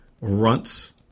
Runt's